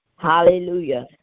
Hallelujah